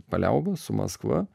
paliaubas su maskva